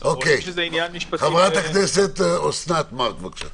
חברת הכנסת אוסנת מארק, בבקשה.